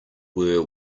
were